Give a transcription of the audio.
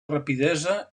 rapidesa